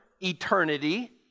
eternity